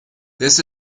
this